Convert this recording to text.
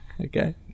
Okay